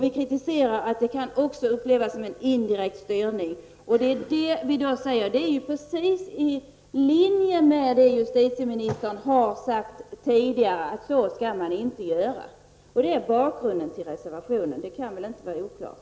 Vi säger att det också kan upplevas som en indirekt styrning. Vi säger att detta är precis i linje med det justitieministern har sagt tidigare, att så skall man inte göra. Det är bakgrunden till reservationen. Det kan väl inte vara oklart.